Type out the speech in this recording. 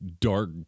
dark